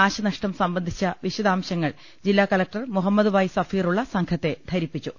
നാശനഷ്ടം സംബന്ധിച്ച വിശദാംശങ്ങൾ ജില്ലാ കലക്ടർ മുഹമ്മദ് വൈ സഫീറുള്ള സംഘത്തെ ധരിപ്പിച്ചു